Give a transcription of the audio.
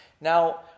Now